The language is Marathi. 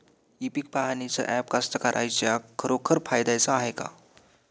इ पीक पहानीचं ॲप कास्तकाराइच्या खरोखर फायद्याचं हाये का?